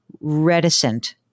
reticent